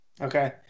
Okay